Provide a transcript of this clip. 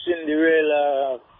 Cinderella